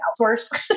outsource